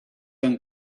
han